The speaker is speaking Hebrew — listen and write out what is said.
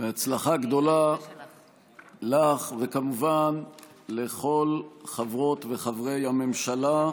בהצלחה גדולה לך, וכמובן לכל חברות וחברי הממשלה.